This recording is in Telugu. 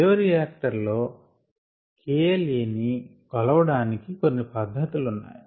బయోరియాక్టర్ లో KLaని కొలవడానికి కొన్ని పద్ధతులు ఉన్నాయి